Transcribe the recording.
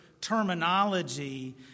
terminology